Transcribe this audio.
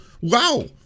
Wow